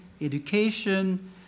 education